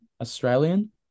Australian